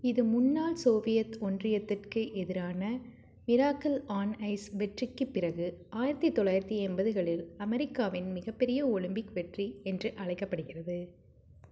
இது முன்னாள் சோவியத் ஒன்றியத்திற்கு எதிரான மிராக்கிள் ஆன் ஐஸ் வெற்றிக்குப் பிறகு ஆயிரத்தி தொள்ளாயிரத்தி எண்பதுகளில் அமெரிக்காவின் மிகப்பெரிய ஒலிம்பிக் வெற்றி என்று அழைக்கப்படுகிறது